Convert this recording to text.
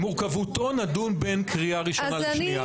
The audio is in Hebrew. שמורכבותו נדון בין קריאה ראשונה לשנייה.